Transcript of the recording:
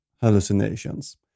hallucinations